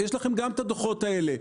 יש לכם גם את הדוחות האלה.